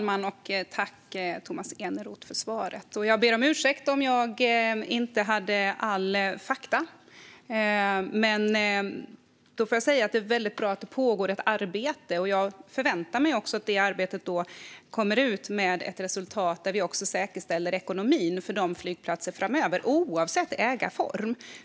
Fru talman! Tack, Tomas Eneroth, för svaret! Jag ber om ursäkt om jag inte hade alla fakta. Men då får jag säga att det är väldigt bra att det pågår ett arbete. Jag förväntar mig att det arbetet kommer ut med ett resultat, där vi också säkerställer ekonomin för de flygplatserna framöver - oavsett ägarform.